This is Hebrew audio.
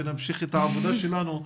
ונמשיך את העבודה שלנו,